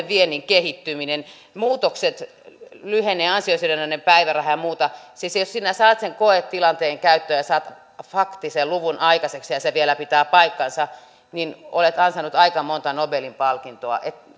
viennin kehittyminen muutokset ansiosidonnainen päiväraha lyhenee ja muuta siis jos sinä saat sen koetilanteen käyttöön ja saat faktisen luvun aikaiseksi ja se vielä pitää paikkansa niin olet ansainnut aika monta nobelin palkintoa